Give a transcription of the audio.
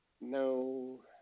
No